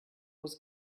was